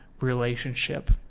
relationship